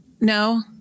No